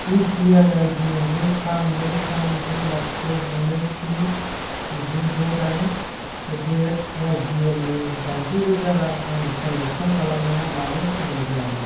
UPI I D गु थाम नै थाम गु लाथिख नै स्नि गु द' दाइन एडारेद वाय बि एल नो दाइनजि रोजा रां आं ट्रेन्जेक्सन खालामनाया मानो फेलें जायामोन